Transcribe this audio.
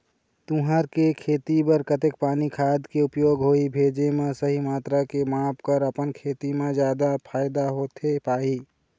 तुंहर के खेती बर कतेक पानी खाद के उपयोग होही भेजे मा सही मात्रा के माप कर अपन खेती मा जादा फायदा होथे पाही?